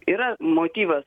yra motyvas